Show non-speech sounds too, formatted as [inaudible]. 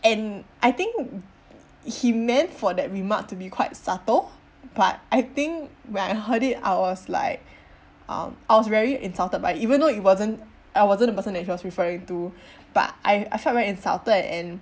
and I think he meant for that remark to be quite subtle but I think when I heard it I was like um I was very insulted by it even though it wasn't I wasn't the person that he was referring to [breath] but I I felt very insulted and